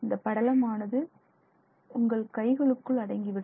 இந்த படலமானது உங்கள் கைகளுக்குள் அடங்கிவிடும்